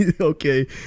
okay